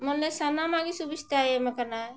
ᱢᱚᱱᱮ ᱥᱟᱱᱟᱢᱟᱜᱮ ᱥᱩᱵᱤᱫᱷᱟᱭ ᱮᱢ ᱟᱠᱟᱱᱟ